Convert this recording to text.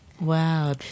Wow